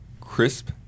crisp